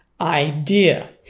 idea